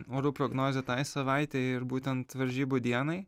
orų prognozę tai savaitei ir būtent varžybų dienai